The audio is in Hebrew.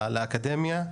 לאקדמיה,